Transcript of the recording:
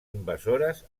invasores